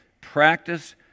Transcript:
Practice